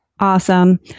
Awesome